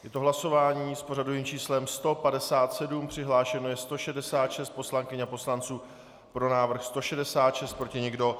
Je to hlasování s pořadovým číslem 157, přihlášeno je 166 poslankyň a poslanců, pro návrh 166, proti nikdo.